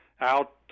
out